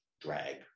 drag